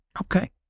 Okay